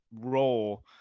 role